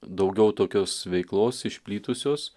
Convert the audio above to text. daugiau tokios veiklos išplitusios